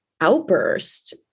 outburst